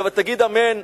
תגיד: אמן,